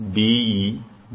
E B